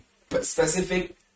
specific